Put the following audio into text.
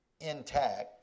intact